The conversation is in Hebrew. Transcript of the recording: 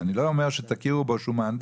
אני לא אומר שתכירו בו שהוא מהנדס.